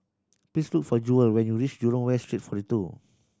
please look for Jewel when you reach Jurong West Street Forty Two